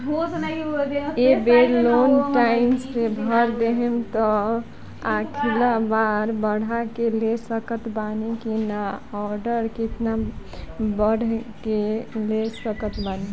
ए बेर loan time से भर देहम त अगिला बार बढ़ा के ले सकत बानी की न आउर केतना बढ़ा के ले सकत बानी?